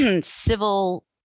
civil